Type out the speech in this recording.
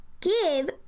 give